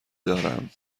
دارم